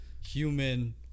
human